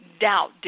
Doubt